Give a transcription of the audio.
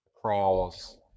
crawls